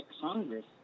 Congress